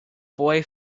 boy